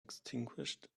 extinguished